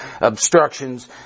obstructions